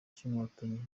cy’inkotanyi